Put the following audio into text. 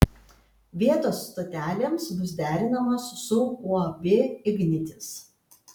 vietos stotelėms bus derinamos su uab ignitis